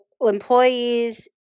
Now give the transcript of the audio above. employees